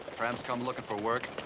tramps come looking for work.